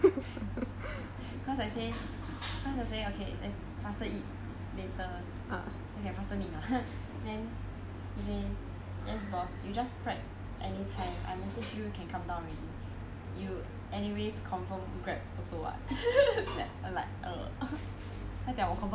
cause I say cause I say okay lat~ faster eat later so can faster meet mah then he say yes boss you just prep anytime I message you you can come down already you anyways confirm grab also [what] then I li~ like err 他讲 confirm grab 的